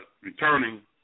returning